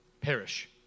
Perish